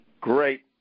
great